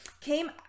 came